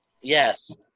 Yes